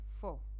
four